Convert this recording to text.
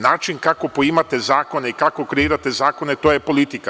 Način kako poimate zakone i kako kreirate zakone, to je politika.